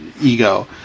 ego